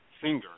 singer